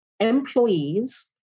employees